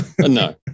No